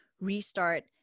restart